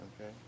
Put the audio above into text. okay